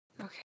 Okay